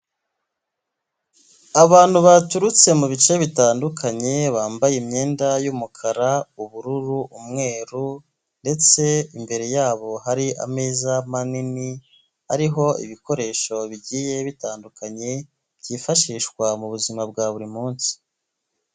Abantu baturutse mu bice bitandukanye bambaye imyenda y'umukara, ubururu, umweru ndetse imbere yabo hari ameza manini ariho ibikoresho bigiye bitandukanye byifashishwa mu buzima bwa buri munsi.